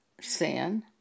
sin